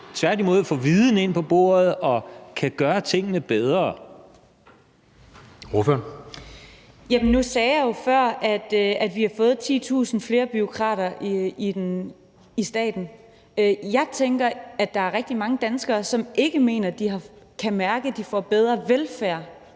Ordføreren. Kl. 10:39 Katrine Daugaard (LA): Nu sagde jeg jo før, at vi har fået 10.000 flere bureaukrater i staten. Jeg tænker, at der er rigtig mange danskere, som ikke mener, at de kan mærke, at de får bedre velfærd